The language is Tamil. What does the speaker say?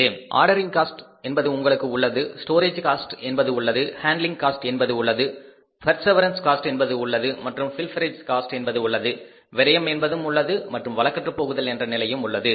உங்களுக்கு ஆர்டரிங் காஸ்ட் உள்ளது ஸ்டோரேஜ் காஸ்ட் என்பது உள்ளது ஹாண்டிலிங் காஸ்ட் என்பது உள்ளது பெர்ஸெவேரன்ஸ் காஸ்ட் என்பது உள்ளது மற்றும் பில்பெரேஜ் காஸ்ட் என்பதும் உள்ளது விரயம் என்பதும் உள்ளது மற்றும் வழக்கற்றுப் போகுதல் என்ற நிலையும் உள்ளது